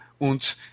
und